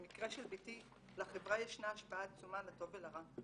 במקרה של ביתי לחברה ישנה השפעה עצומה לטוב ולרע.